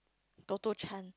Toto-Chan